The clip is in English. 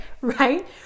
Right